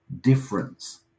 difference